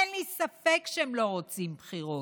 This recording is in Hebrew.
אין לי ספק שהם לא רוצים בחירות.